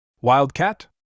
Wildcat